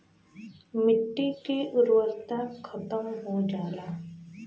मट्टी के उर्वरता खतम हो जाला